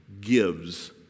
gives